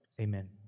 amen